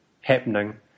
happening